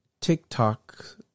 TikTok